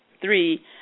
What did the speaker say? Three